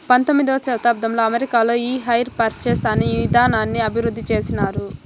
పంతొమ్మిదవ శతాబ్దంలో అమెరికాలో ఈ హైర్ పర్చేస్ అనే ఇదానాన్ని అభివృద్ధి చేసినారు